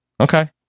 okay